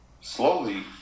slowly